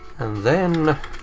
and then